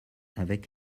avec